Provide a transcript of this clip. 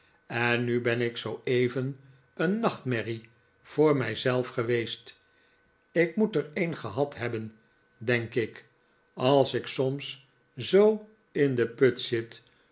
en nu ben ik zooeven een nachtmerrie voor mij zelf geweest ik moet er een gehad hebben denk ik als ik soms zoo in de put zit